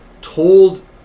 told